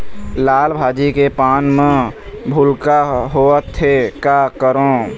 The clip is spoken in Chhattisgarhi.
लाल भाजी के पान म भूलका होवथे, का करों?